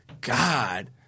God